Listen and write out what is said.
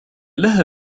لها